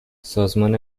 سازمان